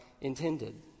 intended